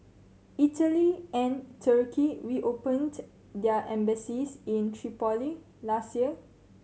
Italy and Turkey reopened their embassies in Tripoli last year